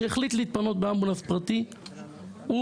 שהחליט להתפנות באמבולנס פרטי הוא,